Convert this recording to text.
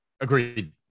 Agreed